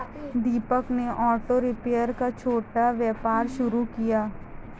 दीपक ने auto repair का छोटा व्यापार शुरू किया